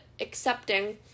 accepting